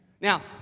Now